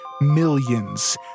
millions